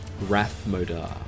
Rathmodar